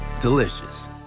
Delicious